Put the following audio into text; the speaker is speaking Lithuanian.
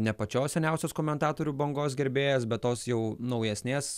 ne pačios seniausios komentatorių bangos gerbėjas bet tos jau naujesnės